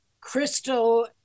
crystal